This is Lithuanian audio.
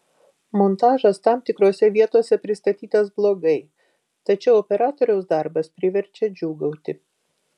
montažas tam tikrose vietose pristatytas blogai tačiau operatoriaus darbas priverčia džiūgauti